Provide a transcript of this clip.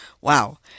Wow